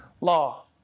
law